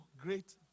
great